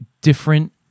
different